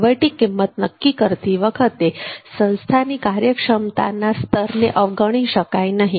વહીવટી કિંમત નક્કી કરતી વખતે સંસ્થાની કાર્યક્ષમતાના સ્તરને અવગણી શકાય નહીં